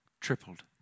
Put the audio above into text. tripled